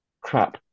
crap